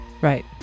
Right